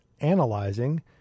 analyzing